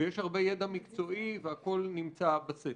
ויש הרבה ידע מקצועי והכל נמצא בספר.